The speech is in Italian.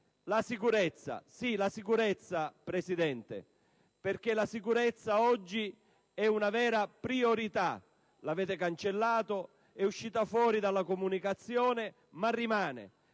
la sicurezza, signora Presidente, perché essa oggi è una vera priorità. L'avete cancellata, è uscita fuori dalla comunicazione, ma rimane.